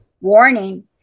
warning